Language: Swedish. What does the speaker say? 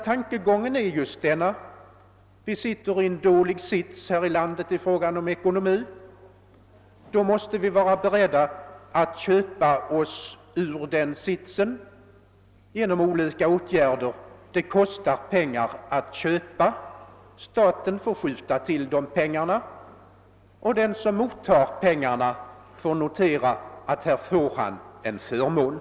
Tanken bakom detta är att vi sitter med en dålig sits här i landet och måste vara beredda att köpa oss ur den sitsen. Det kostar pengar, men staten måste skjuta till de pengarna. Den som mottar pengarna noterar att han får en förmån.